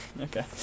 Okay